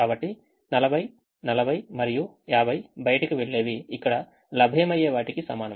కాబట్టి 40 40 మరియు 50 బయటకు వెళ్ళేవి ఇక్కడ లభ్యమయ్యే వాటికి సమానం